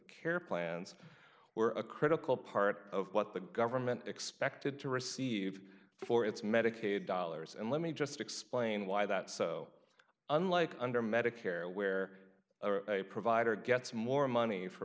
care plans were a critical part of what the government expected to receive for its medicaid dollars and let me just explain why that's so unlike under medicare where a provider gets more money for